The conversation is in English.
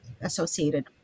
associated